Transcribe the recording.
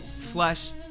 flesh